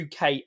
UK